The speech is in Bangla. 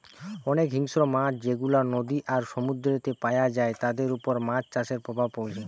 অনেক হিংস্র মাছ যেগুলা নদী আর সমুদ্রেতে পায়া যায় তাদের উপর মাছ চাষের প্রভাব পড়ছে